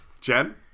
Jen